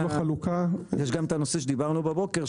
יש גם את הנושא שדיברנו בבוקר,